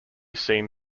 seen